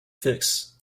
fix